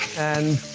and